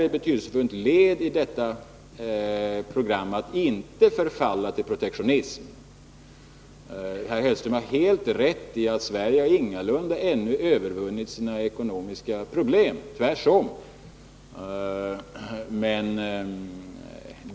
Ett betydelsefullt led i detta program är att inte förfalla till protektionism. Herr Hellström har helt rätt i att Sverige ingalunda ännu har övervunnit sina ekonomiska problem — tvärtom.